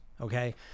okay